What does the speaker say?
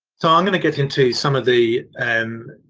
so i'm going to get into some of the